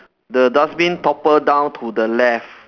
the dustbin toppled down to the left